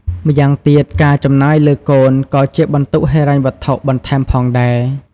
ម្យ៉ាងទៀតការចំណាយលើកូនក៏ជាបន្ទុកហិរញ្ញវត្ថុបន្ថែមផងដែរ។